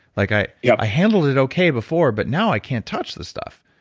like i yeah i handled it okay before, but now i can't touch this stuff.